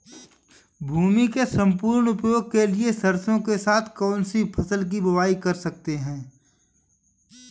भूमि के सम्पूर्ण उपयोग के लिए सरसो के साथ कौन सी फसल की बुआई कर सकते हैं?